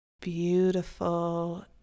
beautiful